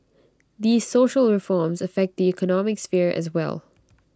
these social reforms affect the economic sphere as well